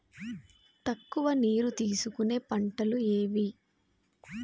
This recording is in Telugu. తక్కువ నీరు తీసుకునే పంటలు ఏవి?